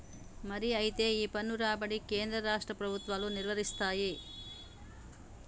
మరి అయితే ఈ పన్ను రాబడి కేంద్ర రాష్ట్ర ప్రభుత్వాలు నిర్వరిస్తాయి